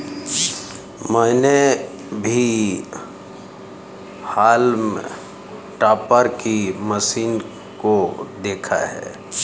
मैंने भी हॉल्म टॉपर की मशीन को देखा है